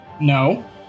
No